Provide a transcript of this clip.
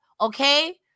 okay